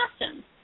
Awesome